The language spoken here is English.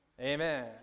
amen